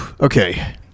Okay